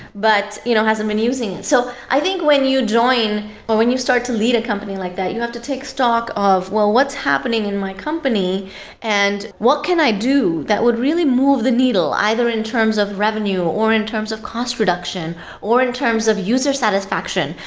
but you know hasn't been using it. so i think when you join or when you start to lead a company like that, you have to take stock of, well, what's happening in my company and what can i do that would really move the needle either in terms of revenue or in terms of cost reduction or in terms of user satisfaction?